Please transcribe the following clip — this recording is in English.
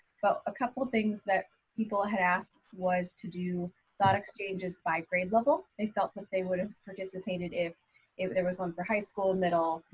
but a couple of things that people had asked was to do thought exchanges by grade level. they felt that they would have participated if if there was one for high school, middle,